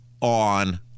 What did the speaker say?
on